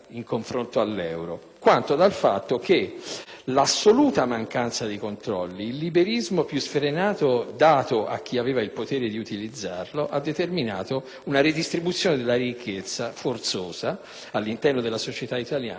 l'assoluta mancanza di controlli, il liberismo più sfrenato dato a chi aveva il potere di utilizzarlo ha determinato una redistribuzione della ricchezza forzosa all'interno della società italiana. In tal modo, i redditi da lavoro si sono nettamente